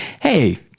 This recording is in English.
hey